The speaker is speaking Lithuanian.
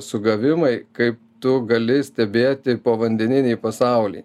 sugavimai kai tu gali stebėti povandeninį pasaulį